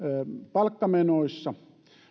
palkkamenoissa